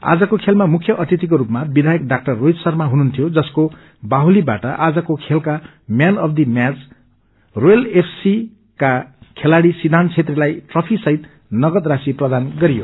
आजको खेलमा मुख्य अतिथिको रूपमा विधायक ़ा रोहित शर्मा हुनुहुन्थ्यो जसको बाहुलीबाट आजको खेलका म्यान अफ द म्याचख रोयल एफसी का खेलाड़ी सिद्धान्त छेत्रीलाई ट्रफी सहित नगद राशि प्रदान गरियो